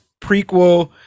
prequel